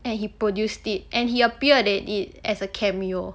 and he produced it and he appeared at it as a cameo